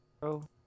bro